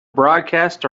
broadcast